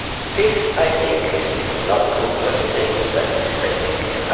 this, i think, is not proof of anything, but this, i think,